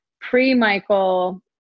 pre-Michael